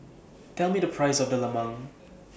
Tell Me The Price of Lemang